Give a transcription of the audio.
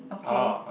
okay